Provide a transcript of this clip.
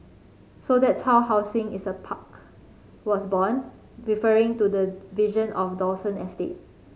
so that's how housing is a park was born referring to the vision of Dawson estate